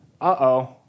Uh-oh